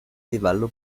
livello